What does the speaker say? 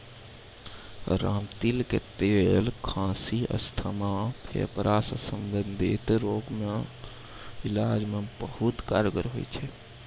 रामतिल के तेल खांसी, अस्थमा, फेफड़ा सॅ संबंधित रोग के इलाज मॅ बहुत कारगर होय छै